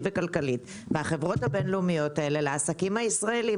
וכלכלית מהחברות הבין-לאומיות האלה לעסקים הישראלים.